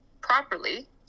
properly